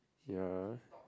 ya